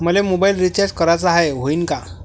मले mobile recharge कराचा हाय, होईनं का?